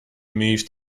moves